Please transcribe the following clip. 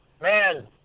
man